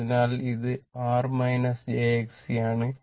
അതിനാൽ ഇത് R j Xc ആണ്